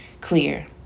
clear